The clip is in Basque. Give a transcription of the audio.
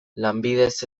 lanbidez